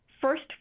first